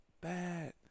bad